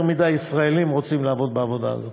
מדי ישראלים רוצים לעבוד בעבודה הזאת.